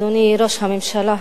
אדוני ראש הממשלה,